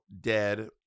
dead